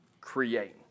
create